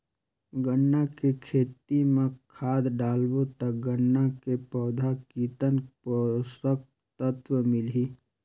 गन्ना के खेती मां खाद डालबो ता गन्ना के पौधा कितन पोषक तत्व मिलही?